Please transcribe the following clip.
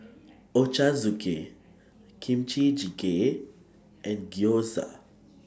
Ochazuke Kimchi Jjigae and Gyoza